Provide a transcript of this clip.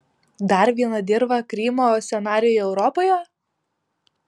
dar viena dirva krymo scenarijui europoje